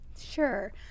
Sure